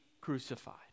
crucified